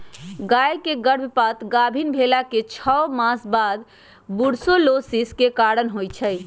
गाय के गर्भपात गाभिन् भेलाके छओ मास बाद बूर्सोलोसिस के कारण होइ छइ